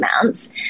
amounts